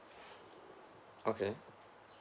okay